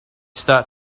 start